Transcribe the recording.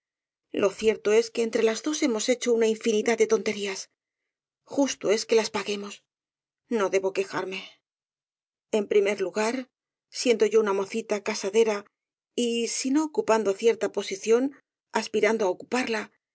lo cierto es que entre las dos hemos hecho una infinidad de tonterías justo es que las paguemos no debo quejarme en primer lugar siendo yo una mocita casadera y si no ocupando cierta posición aspi rando á ocuparla